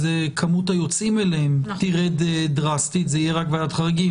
כמות היוצאים אליהן תרד דרסטית וזה יהיה רק דרך ועדת חריגים,